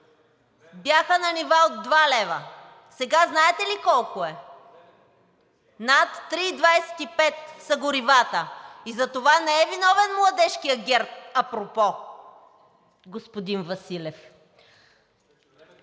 бяха на нива от 2 лв., сега знаете ли колко е? Над 3,25 лв. са горивата и за това не е виновен младежкият ГЕРБ апропо, господин Василев!